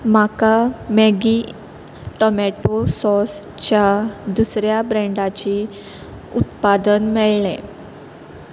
म्हाका Maggi tomato सॉसच्या दुसऱ्या ब्रँडाची उत्पादन मेळ्ळें